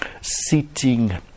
sitting